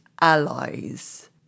allies